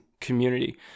community